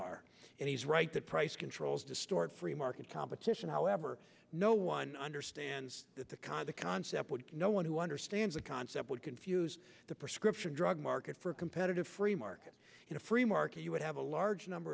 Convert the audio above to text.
are and he's right that price controls distort free market competition however no one understands that the consequence that would no one who understands the concept would confuse the prescription drug market for a competitive free market in a free market you would have a large number